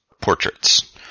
portraits